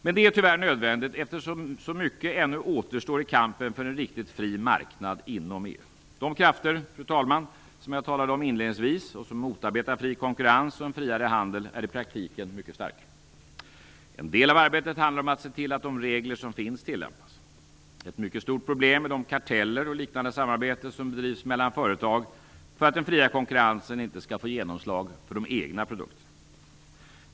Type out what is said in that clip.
Men det är tyvärr nödvändigt, eftersom så mycket ännu återstår i kampen för en riktigt fri marknad inom EU. De krafter, fru talman, som jag talade om inledningsvis och som motarbetar fri konkurrens och en friare handel är i praktiken mycket starka. En del av arbetet handlar om att se till att de regler som finns tillämpas. Ett mycket stort problem är de karteller och liknande samarbete som drivs mellan företag för att den fria konkurrensen inte skall få genomslag för de egna produkterna.